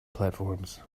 platforms